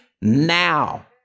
now